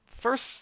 first